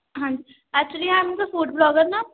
ਹਾਂਜੀ actually I am ਤਾਂ food blogger ਨਾ